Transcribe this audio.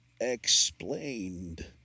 explained